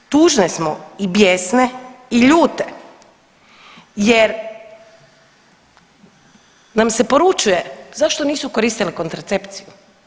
I tužne smo i bijesne i ljute jer nam se poručuje zašto nisu koristile kontracepciju.